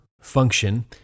function